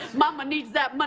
mama needs that but